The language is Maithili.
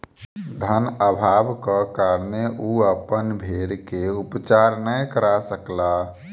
धन अभावक कारणेँ ओ अपन भेड़ के उपचार नै करा सकला